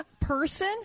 person